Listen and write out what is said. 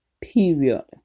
period